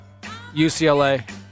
UCLA